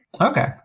Okay